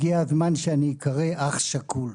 הגיע הזמן שאני אקרא אח שכול,